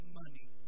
money